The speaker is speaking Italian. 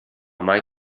mai